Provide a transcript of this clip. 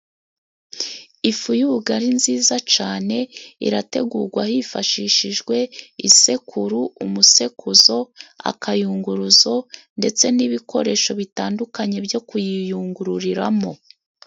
Ifu y'ubugari nziza cane irategurwa hifashishijwe isekuru, umusekuzo, akayunguruzo, ndetse n'ibikoresho bitandukanye byo kuyiyungururiramo.